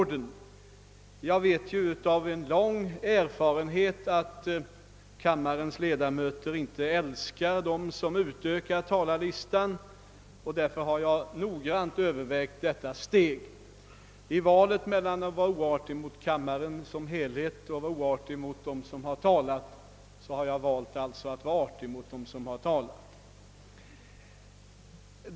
Jag vet ju av lång erfarenhet att kammarens ledamöter inte älskar dem som utökar talarlistan, och därför har jag noga övervägt detta steg. I valet mellan att vara oartig mot kammaren som helhet och att vara oartig mot dem som har talat har jag alltså valt att vara artig mot dem som har talat.